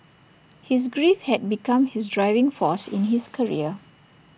his grief had become his driving force in his career